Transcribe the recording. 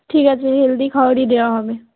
ঠিক আছে হেলদি খাবারই দেওয়া হবে